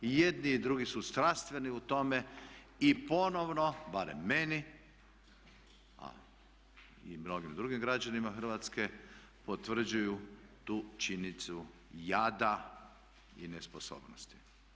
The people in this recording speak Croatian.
I jedni i drugi su strastveni u tome i ponovno barem meni, a i mnogim drugim građanima Hrvatske potvrđuju tu činjenicu jada i nesposobnosti.